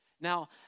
Now